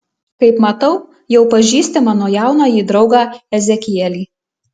kaip matau jau pažįsti mano jaunąjį draugą ezekielį